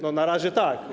No na razie tak.